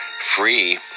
free